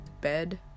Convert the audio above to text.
bed